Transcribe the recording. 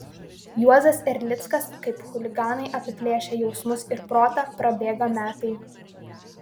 juozas erlickas kaip chuliganai apiplėšę jausmus ir protą prabėga metai